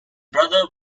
brother